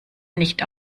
nicht